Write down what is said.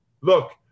look